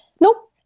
Nope